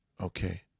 okay